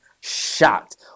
shocked